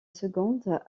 seconde